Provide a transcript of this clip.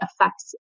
affects